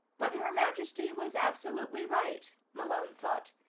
but her majesty was absolutely right, malone thought.